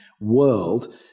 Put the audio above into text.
world